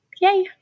Yay